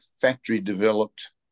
factory-developed